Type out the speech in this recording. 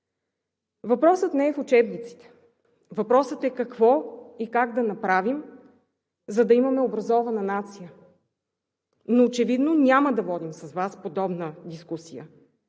Въпросът не е в учебниците. Въпросът е какво и как да направим, за да имаме образована нация. Очевидно няма да водим с Вас подобна дискусия.